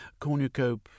Cornucope